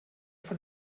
von